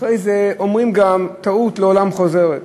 אחרי זה אומרים גם: טעות לעולם חוזרת,